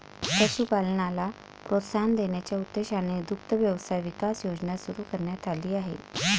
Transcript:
पशुपालनाला प्रोत्साहन देण्याच्या उद्देशाने दुग्ध व्यवसाय विकास योजना सुरू करण्यात आली आहे